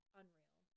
unreal